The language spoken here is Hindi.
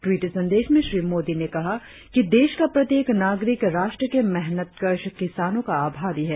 टवीट संदेश में श्री मोदी ने कहा कि देश का प्रत्येक नागरिक राष्ट्र के मेहनतकश किसानों का आभारी है